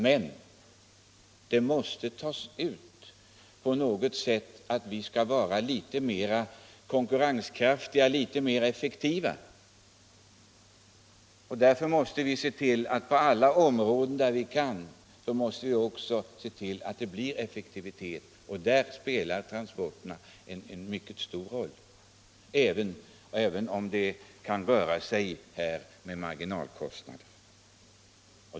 Men detta alt vi måste vara litet mer konkurrenskraftiga, litet mer effektiva, måste tas ut på någor sätt. Därför måste vi se till att det blir effektiva förhållanden på alla områden där vi kan medverka till sådana. Där spelar transporterna en mycket stor roll även om det kan röra sig om marginella kostnader.